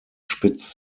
spitzt